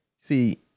See